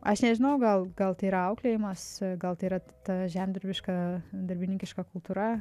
aš nežinau gal gal tai yra auklėjimas gal tai yra ta žemdirbiška darbininkiška kultūra